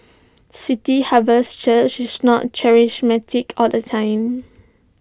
city harvest church is not charismatic all the time